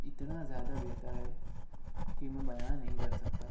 اتنا زیادہ بہتر ہے کہ میں بیاں نہیں کر سکتا